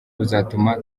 buzatuma